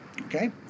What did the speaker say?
Okay